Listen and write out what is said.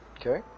Okay